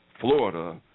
Florida